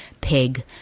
Pig